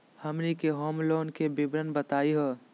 हमनी के home loan के विवरण बताही हो?